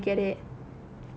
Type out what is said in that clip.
ya ya I get it